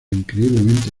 increíblemente